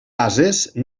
ases